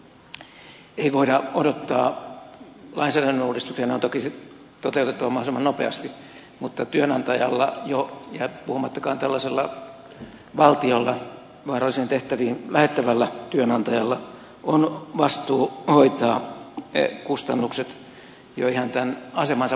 ei voida odottaa lainsäädännön uudistukseen se on toki sitten toteutettava mahdollisimman nopeasti mutta työnantajalla ja varsinkin valtiolla tällaisella vaarallisiin tehtäviin lähettävällä työnantajalla on vastuu hoitaa kustannukset jo ihan asemansa perusteella